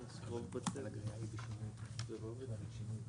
הוספת האפשרות להגביל רישיונות או במסגרת שינוי תנאי רישיון,